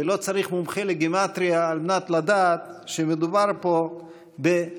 ולא צריך מומחה לגימטרייה על מנת לדעת שמדובר פה בלב,